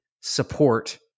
support